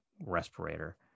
Respirator